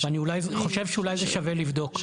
אני חושב שאולי זה שווה לבדוק.